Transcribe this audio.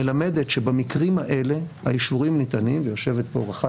מלמדת שבמקרים האלה האישורים ניתנים יושבת פה רח"ט